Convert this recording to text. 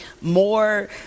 more